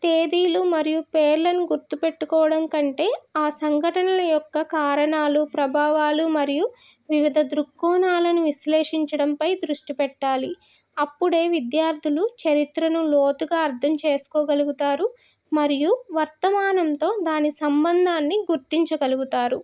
తేదీలు మరియు పేర్లను గుర్తుపెట్టుకోవడం కంటే ఆ సంఘటనల యొక్క కారణాలు ప్రభావాలు మరియు వివిధ దృక్కోణాలను విశ్లేషించడంపై దృష్టి పెట్టాలి అప్పుడే విద్యార్థులు చరిత్రను లోతుగా అర్థం చేసుకోగలుగుతారు మరియు వర్తమానంతో దాని సంబంధాన్ని గుర్తించగలుగుతారు